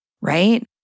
right